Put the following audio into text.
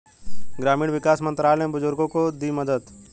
ग्रामीण विकास मंत्रालय ने बुजुर्गों को दी मदद